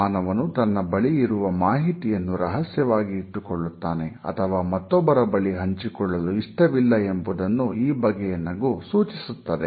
ಮಾನವನು ತನ್ನ ಬಳಿ ಇರುವ ಮಾಹಿತಿಯನ್ನು ರಹಸ್ಯವಾಗಿ ಇಟ್ಟುಕೊಳ್ಳುತ್ತಾನೆ ಅಥವಾ ಮತ್ತೊಬ್ಬರ ಬಳಿ ಹಂಚಿಕೊಳ್ಳಲು ಇಷ್ಟವಿಲ್ಲ ಎಂಬುದನ್ನು ಈ ಬಗೆಯ ನಗು ಸೂಚಿಸುತ್ತದೆ